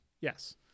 Yes